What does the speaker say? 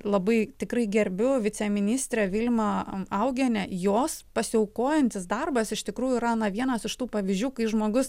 labai tikrai gerbiu viceministrę vilmą augienę jos pasiaukojantis darbas iš tikrųjų yra na vienas iš tų pavyzdžių kai žmogus